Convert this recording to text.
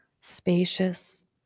spacious